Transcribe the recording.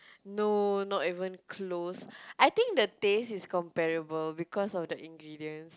no not even close I think the taste is comparable because of the ingredients